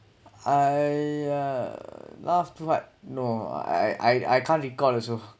I uh laugh too hard no I I can't recall also